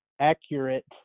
accurate